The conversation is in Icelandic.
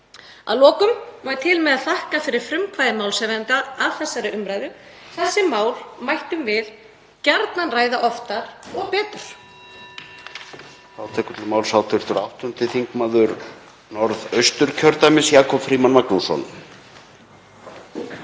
Að lokum má ég til með að þakka fyrir frumkvæði málshefjanda að þessari umræðu. Þessi mál mættum við gjarnan ræða oftar og betur.